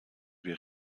wir